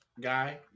guy